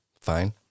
Fine